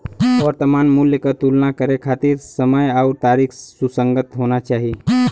वर्तमान मूल्य क तुलना करे खातिर समय आउर तारीख सुसंगत होना चाही